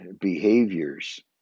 behaviors